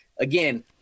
Again